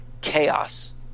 chaos